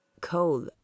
Coal